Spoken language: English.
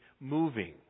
moving